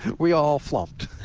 we all flomped,